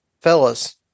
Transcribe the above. Fellas